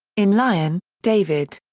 in lyon, david.